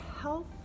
health